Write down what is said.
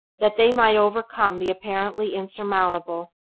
that they might overcome the apparently insurmountable,